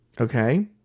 Okay